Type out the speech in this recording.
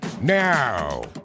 Now